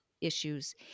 issues